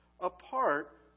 apart